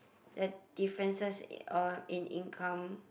at differences in all in income